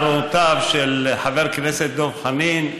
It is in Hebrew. הערותיו של חבר הכנסת דב חנין,